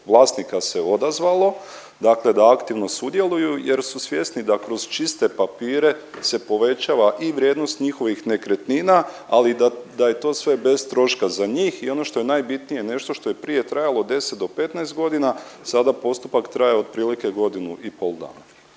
vlasnika se odazvalo, dakle da aktivno sudjeluju, jer su svjesni da kroz čiste papire se povećava i vrijednost njihovih nekretnina ali da je to sve bez troška za njih. I ono što je najbitnije nešto što je prije trajalo 10 do 15 godina sada postupak traje otprilike godinu i pol dana.